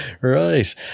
Right